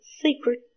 secret